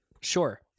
Sure